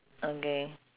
okay